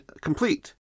complete